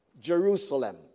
Jerusalem